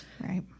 right